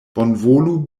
bonvolu